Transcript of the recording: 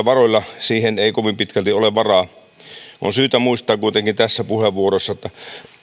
varoilla siihen ei kovin pitkälti ole varaa on syytä muistuttaa kuitenkin tässä puheenvuorossa että